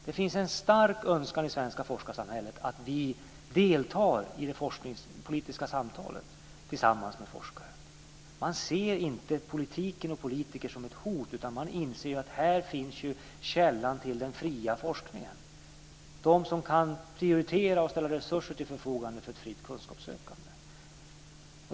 Det finns en stark önskan i det svenska forskarsamhället att vi deltar i det forskningspolitiska samtalet tillsammans med forskare. Man ser inte politiken och politiker som ett hot, utan man inser att det är här som källan till den fria forskningen finns, de som kan prioritera och ställa resurser till förfogande för ett fritt kunskapssökande.